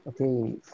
Okay